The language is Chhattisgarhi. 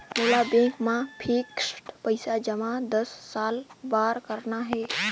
मोला बैंक मा फिक्स्ड पइसा जमा दस साल बार करना हे?